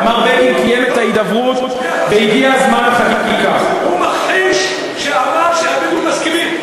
הוא מכחיש שאמר שהבדואים מסכימים,